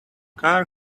car